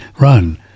run